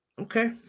Okay